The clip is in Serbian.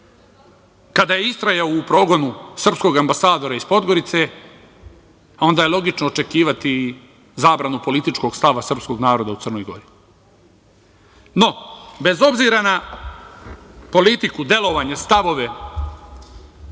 kada je istrajao u progonu srpskog ambasadora iz Podgorice, onda je logično očekivati zabranu političkog stava srpskog naroda u Crnoj Gori? No, bez obzira na politiku, delovanje, stavove